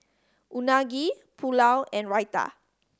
Unagi Pulao and Raita